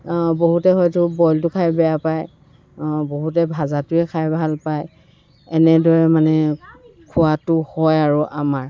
বহুতে হয়তো বইলটো খাই বেয়া পায় বহুতে ভজাটোৱে খাই ভাল পায় এনেদৰে মানে খোৱাটো হয় আৰু আমাৰ